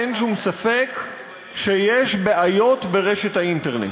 אין שום ספק שיש בעיות ברשת האינטרנט.